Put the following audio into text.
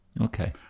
Okay